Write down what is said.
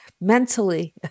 mentally